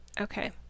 Okay